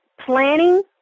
planning